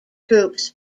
groups